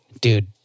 dude